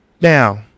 Now